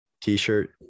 T-shirt